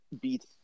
beat